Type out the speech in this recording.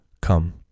Come